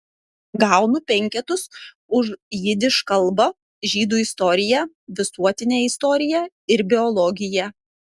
gaunu penketus už jidiš kalbą žydų istoriją visuotinę istoriją ir biologiją